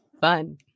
fun